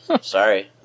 Sorry